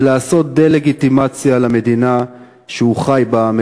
לעשות דה-לגיטימציה למדינה שהוא חי בה,